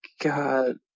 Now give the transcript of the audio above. God